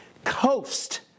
coast